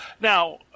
Now